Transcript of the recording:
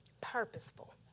purposeful